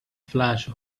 flash